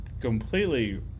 completely